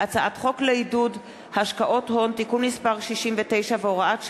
הצעת חוק שוויון זכויות לאנשים עם מוגבלות (תיקון מס' 11),